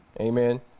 Amen